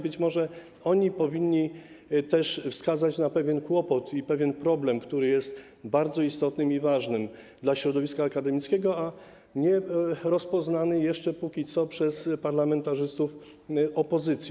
Być może oni powinni też wskazać na pewien kłopot i pewien problem, który jest bardzo istotny i ważny dla środowiska akademickiego, a nie rozpoznany jeszcze, przynajmniej na razie, przez parlamentarzystów opozycji.